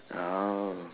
oh